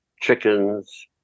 chickens